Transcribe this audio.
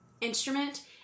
instrument